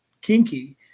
kinky